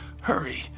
hurry